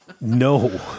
No